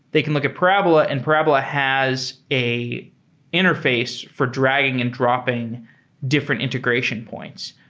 they can look at parabola and parabola has a interface for dragging and dropping different integration points,